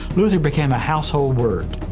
luther became a household word.